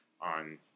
on